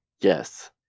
Yes